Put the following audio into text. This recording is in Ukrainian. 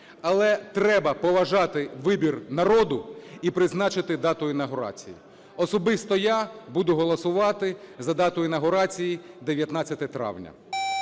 але треба поважати вибір народу і призначити дату інавгурації. Особисто я буду голосувати за дату інавгурації 19 травня.